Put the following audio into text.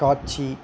காட்சி